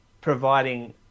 providing